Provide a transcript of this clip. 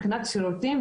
מבחינת שירותים,